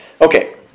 Okay